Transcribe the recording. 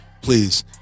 Please